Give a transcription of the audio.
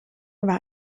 war